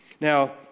Now